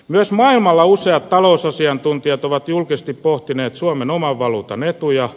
myös maailmalla useat talousasiantuntijat ovat julkisesti pohtineet suomen oman valuutan etuja